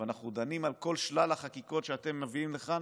ואנחנו דנים על כל שלל החקיקות שאתם מביאים לכאן,